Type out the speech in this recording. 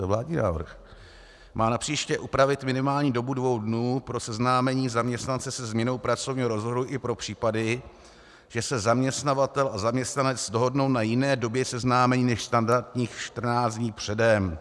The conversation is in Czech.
Vládní návrh má napříště upravit minimální dobu dvou dnů pro seznámení zaměstnance se změnou pracovního rozvrhu i pro případy, že se zaměstnavatel a zaměstnanec dohodnou na jiné době seznámení než standardních 14 dní předem...